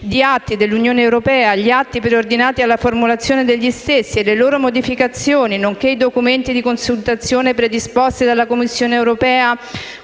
di atti dell'Unione europea, gli atti preordinati alla formulazione degli stessi e le loro modificazioni, nonché i documenti di consultazione predisposti dalla Commissione europea